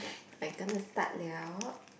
I gonna start liao